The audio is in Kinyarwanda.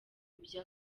ibyo